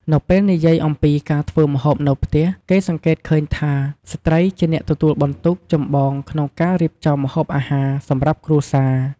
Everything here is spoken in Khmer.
នៅពេលនិយាយអំពីការធ្វើម្ហូបនៅផ្ទះ គេសង្កេតឃើញថា ស្ត្រីជាអ្នកទទួលបន្ទុកចម្បងក្នុងការរៀបចំម្ហូបអាហារ សម្រាប់គ្រួសារ។